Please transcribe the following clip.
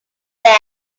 that